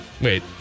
Wait